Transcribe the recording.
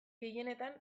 gehienetan